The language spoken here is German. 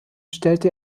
stellte